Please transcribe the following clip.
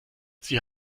sie